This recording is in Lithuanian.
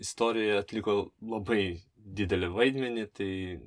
istorijoje atliko labai didelį vaidmenį tai